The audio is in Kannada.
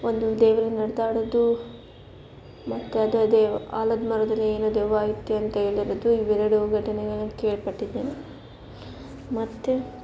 ಒಂದು ದೇವರು ನಡೆದಾಡೋದು ಮತ್ತು ಅದು ಅದೇ ಆಲದ ಮರದಲ್ಲಿ ಏನು ದೆವ್ವ ಐತೆ ಅಂತ ಹೇಳಿರೋದು ಇವೆರಡೂ ಘಟನೆಗಳನ್ನ ಕೇಳಪಟ್ಟಿದ್ದೇನೆ ಮತ್ತು